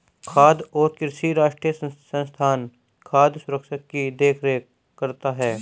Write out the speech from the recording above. खाद्य और कृषि राष्ट्रीय संस्थान खाद्य सुरक्षा की देख रेख करता है